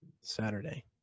Saturday